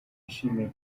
yashimiye